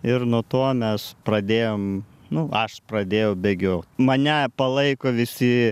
ir nuo to mes pradėjom nu aš pradėjau bėgiot mane palaiko visi